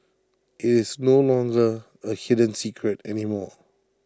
it's no longer A hidden secret anymore